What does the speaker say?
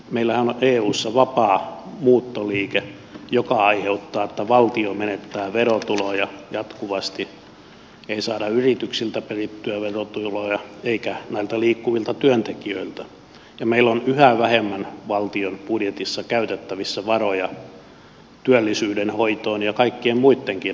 meillähän on eussa vapaa muuttoliike joka aiheuttaa että valtio menettää verotuloja jatkuvasti ei saada yrityksiltä perittyä verotuloja eikä näiltä liikkuvilta työntekijöiltä ja meillä on yhä vähemmän valtion budjetissa käytettävissä varoja työllisyyden hoitoon ja kaikkien muittenkin asioitten hoitoon